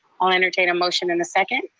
i'll entertain a motion and a second.